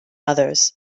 others